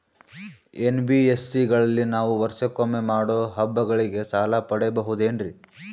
NBSC ಗಳಲ್ಲಿ ನಾವು ವರ್ಷಕೊಮ್ಮೆ ಮಾಡೋ ಹಬ್ಬಗಳಿಗೆ ಸಾಲ ಪಡೆಯಬಹುದೇನ್ರಿ?